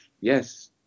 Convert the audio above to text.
yes